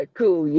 cool